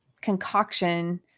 concoction